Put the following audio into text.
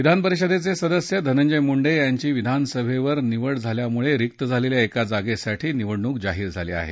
विधान परिषदेचे सदस्य धनंजय मुंडे यांची विधानसभेवर निवड झाल्यामुळे रिक्त झालेल्या एका जागेसाठी निवडणूक जाहीर झाली आहे